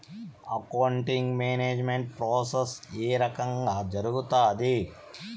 accounting management process ఏ రకంగా జరుగుతాది